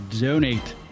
donate